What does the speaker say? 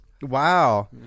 Wow